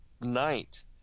night